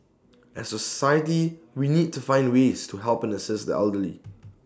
as A society we need to find ways to help and assist the elderly